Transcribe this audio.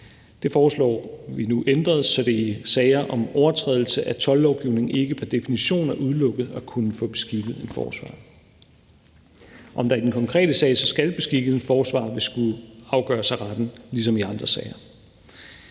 Det foreslår vi nu ændret, så det i sager om overtrædelse af toldlovningen ikke pr. definition er udelukket at kunne få beskikket en forsvarer. Om der i den konkrete sag så skal beskikkes en forsvar, vil skulle afgøres af retten ligesom i andre sager.